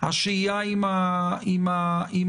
השהייה עם המסכה,